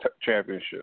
championship